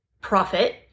profit